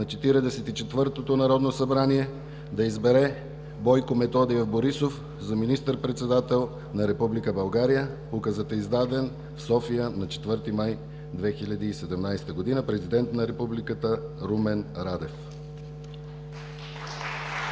четвъртото Народно събрание да избере Бойко Методиев Борисов за министър-председател на Република България.“ Указът е издаден в София на 4 май 2017 г. Президент на Републиката Румен Радев.